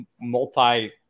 multi